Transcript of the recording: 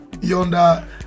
yonder